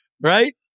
Right